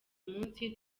munsi